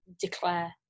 declare